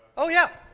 oh, yeah.